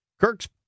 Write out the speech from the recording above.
Kirk's